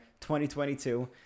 2022